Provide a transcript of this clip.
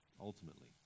ultimately